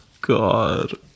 God